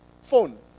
phone